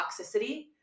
toxicity